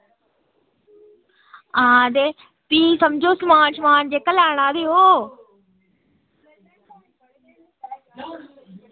हां ते फ्ही समझो समान शमान जेह्का लैना ते ओह्